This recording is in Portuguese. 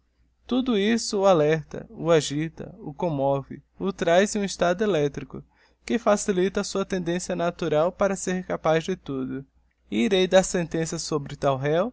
tudo isto o alerta o agita o commove o traz em um estado eléctrico que facilita a sua tendência natural para ser capaz de tudo e irei dar sentença sobre tal réu